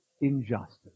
injustice